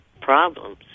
problems